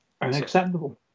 Unacceptable